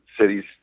cities